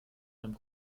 einem